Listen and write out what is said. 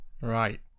Right